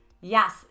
Yes